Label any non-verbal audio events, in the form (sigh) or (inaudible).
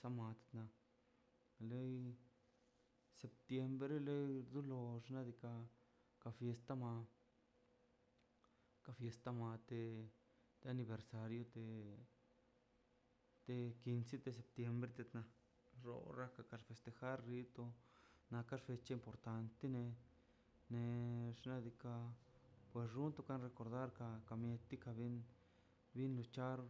Samat loi septiembre lei dolo xna' diika' ka fiesta ma ka fiesta mate te aniversario te te quince de septiembre tetna xo parraka par festejar xito naka fecha importante ne ne xnadiika (noise) por runto ka recordar kar ka mieti ka ben bine char